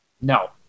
No